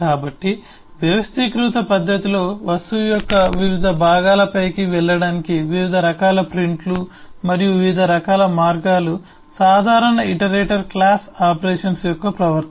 కాబట్టి వ్యవస్థీకృత పద్ధతిలో వస్తువు యొక్క వివిధ భాగాలపైకి వెళ్ళడానికి వివిధ రకాల ప్రింట్లు మరియు వివిధ రకాల మార్గాలు సాధారణ ఇటరేటర్ క్లాస్ ఆపరేషన్స్ యొక్క ప్రవర్తన